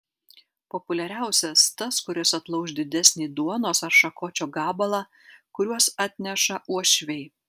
populiariausias tas kuris atlauš didesnį duonos ar šakočio gabalą kuriuos atneša uošviai